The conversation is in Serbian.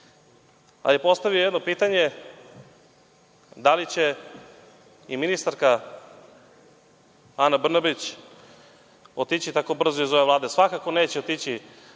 je postavio jedno pitanje – da li će i ministarka Ana Brnabić otići tako brzo iz ove Vlade. Svakako neće otići